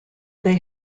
they